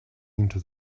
into